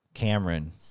Cameron